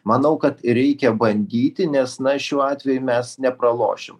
manau kad reikia bandyti nes na šiuo atveju mes nepralošim